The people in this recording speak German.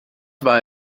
war